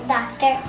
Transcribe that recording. Doctor